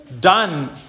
done